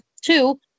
two